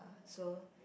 so